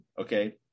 Okay